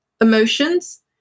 emotions